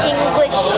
English